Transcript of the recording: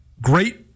great